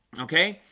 okay.